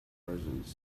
presence